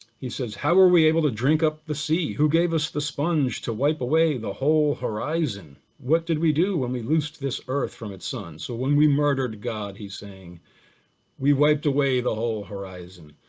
he says how are we able to drink up the sea, who gave us the sponge to wipe away the whole horizon? what did we do when we loosed this earth from its sun? so when we murdered god, he's saying we wiped away the whole horizon.